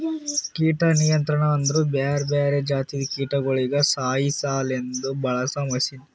ಕೀಟ ನಿಯಂತ್ರಣ ಅಂದುರ್ ಬ್ಯಾರೆ ಬ್ಯಾರೆ ಜಾತಿದು ಕೀಟಗೊಳಿಗ್ ಸಾಯಿಸಾಸಲೆಂದ್ ಬಳಸ ಮಷೀನ್